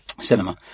cinema